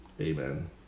amen